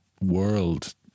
world